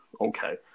okay